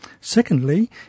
Secondly